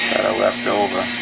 left over.